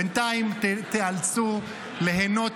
בינתיים תיאלצו ליהנות